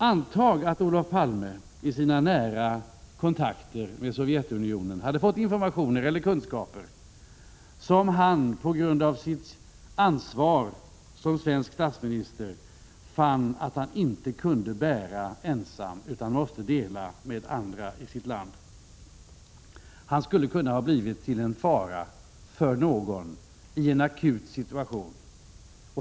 Antag att Olof Palme i sina nära kontakter med Sovjetunionen hade fått informationer eller kunskaper som han på grund av sitt ansvar som svensk statsminister fann att han inte kunde bära ensam utan måste dela med andra i sitt land. Han kunde ha blivit till en fara för någon i en akut situation.